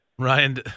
Ryan